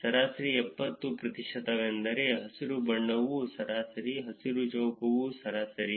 ಸರಾಸರಿ 70 ಪ್ರತಿಶತವೆಂದರೆ ಹಸಿರು ಬಣ್ಣವು ಸರಾಸರಿ ಹಸಿರು ಚೌಕವು ಸರಾಸರಿ